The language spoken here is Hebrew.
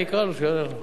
אני אקרא לו שהוא יענה לך.